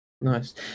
nice